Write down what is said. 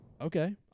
okay